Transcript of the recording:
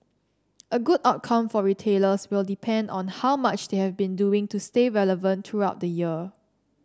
a good outcome for retailers will depend on how much they have been doing to stay relevant throughout the year